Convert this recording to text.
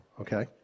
okay